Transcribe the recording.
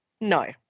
No